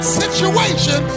situation